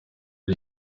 ari